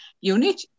unit